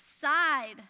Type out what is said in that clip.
side